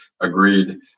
agreed